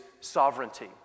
sovereignty